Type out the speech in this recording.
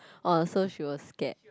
orh so she was scared